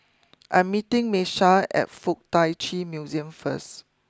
I'm meeting Miesha at Fuk Tak Chi Museum first